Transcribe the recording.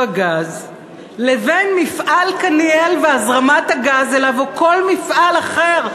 הגז לבין מפעל "רעפי קוניאל" והזרמת הגז אליו או לכל למפעל אחר.